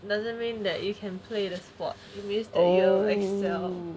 doesn't mean that you can play the sport you means that you excel